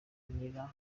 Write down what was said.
nillan